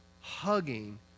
hugging